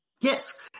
Yes